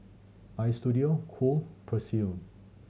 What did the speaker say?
Istudio Cool Persil